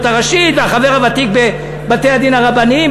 הראשית והחבר הוותיק בבתי-הדין הרבניים,